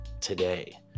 today